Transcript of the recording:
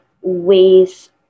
ways